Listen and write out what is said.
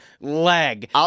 leg